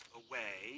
away